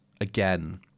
again